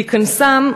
בהיכנסם,